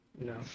no